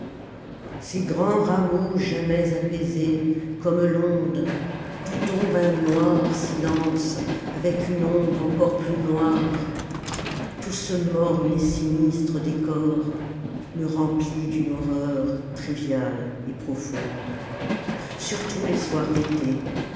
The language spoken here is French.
ces grands rameaux jamais apaisés comme l'onde d'où tombe un noir silence avec une ombre encor plus noire tout ce morne et sinistre décor me remplit d'une horreur triviale et profonde surtout les soirs d'été